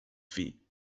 fee